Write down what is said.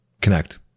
connect